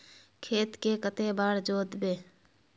खेत के कते बार जोतबे?